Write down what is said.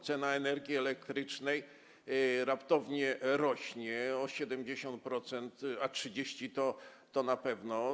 Cena energii elektrycznej raptownie rośnie o 70%, a 30% to na pewno.